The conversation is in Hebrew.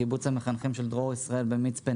מקיבוץ המחנכים של דרור ישראל במצפה,